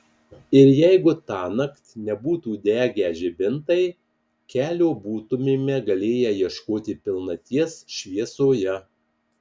ir jeigu tąnakt nebūtų degę žibintai kelio būtumėme galėję ieškoti pilnaties šviesoje